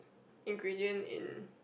ingredient in